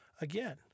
Again